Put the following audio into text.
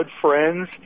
friends